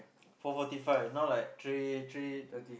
four forty five now like three three